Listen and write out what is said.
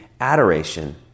adoration